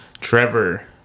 Trevor